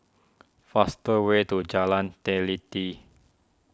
fast way to Jalan Teliti